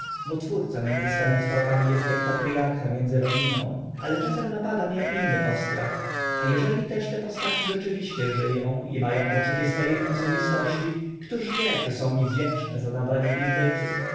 bo twórca między swymi tworami est ak patriarcha pomiędzy rodziną ale czasem napada mię inny postrach a eżeli też te postaci rzeczywiście ży ą i ma ą poczucie swo e osobistości któż wie czy są mi wdzięczne za nadanie im bytu